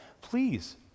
please